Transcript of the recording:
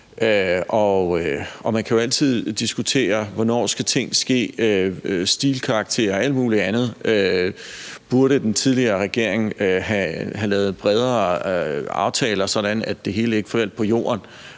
Man kan jo altid diskutere, hvornår ting skal ske, give stilkarakterer og alt muligt andet, og man kan spørge, om den tidligere regering burde have lavet bredere aftaler, sådan at det hele ikke faldt på jorden,